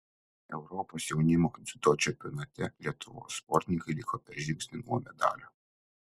europos jaunimo dziudo čempionate lietuvos sportininkai liko per žingsnį nuo medalio